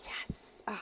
Yes